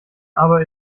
aber